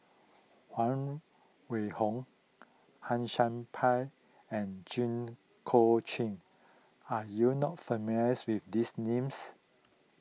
Huang Wenhong Han Sai Por and Jit Koon Ch'ng are you not familiar with these names